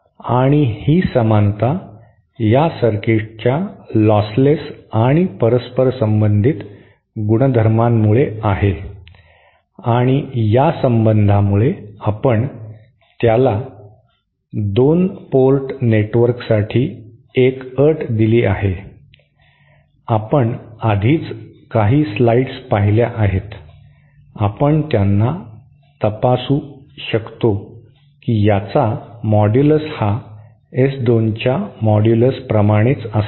आणि ही समानता या सर्किटच्या लॉसलेस आणि परस्परसंबंधित गुणधर्मामुळे आहे आणि या संबंधामुळे आपण त्याला 2 पोर्ट नेटवर्कसाठी एक अट दिली आहे आपण आधीच काही स्लाइड्स पाहिल्या आहेत आपण त्यांना तपासू करू शकता की याचा मॉड्यूलस हा S 2 च्या मॉड्यूलस प्रमाणेच असेल